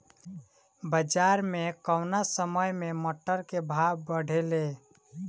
बाजार मे कौना समय मे टमाटर के भाव बढ़ेले?